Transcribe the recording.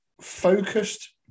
focused